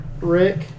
Rick